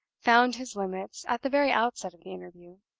found his limits at the very outset of the interview.